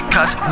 Cause